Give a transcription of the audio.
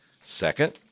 Second